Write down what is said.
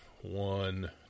one